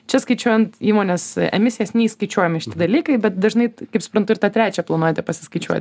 čia skaičiuojant įmonės emisijas neįskaičiuojami šiti dalykai bet dažnai kaip suprantu ir tą trečią planuojate pasiskaičiuot